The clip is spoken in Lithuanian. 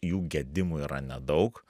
jų gedimų yra nedaug